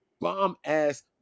bomb-ass